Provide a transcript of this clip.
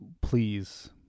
please